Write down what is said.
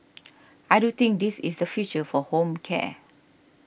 I do think this is the future for home care